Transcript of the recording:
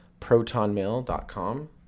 protonmail.com